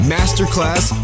Masterclass